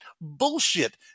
bullshit